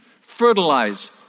fertilize